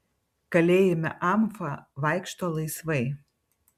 kalėjime amfa vaikšto laisvai